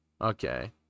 Okay